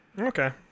Okay